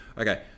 okay